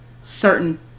certain